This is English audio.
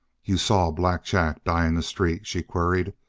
you saw black jack die in the street, she queried,